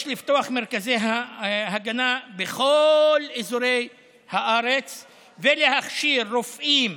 יש לפתוח מרכזי הגנה בכל אזורי הארץ ולהכשיר רופאים,